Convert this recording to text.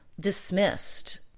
dismissed